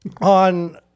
on